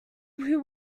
who